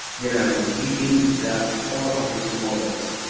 generally speaking, there are four ownership models.